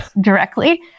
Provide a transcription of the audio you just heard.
directly